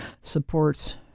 supports